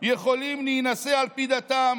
יכולים להינשא על פי דתם